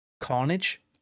carnage